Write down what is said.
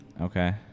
Okay